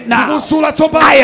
now